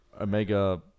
omega